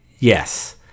Yes